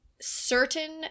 certain